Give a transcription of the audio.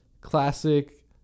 classic